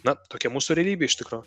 na tokia mūsų realybė iš tikro